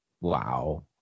wow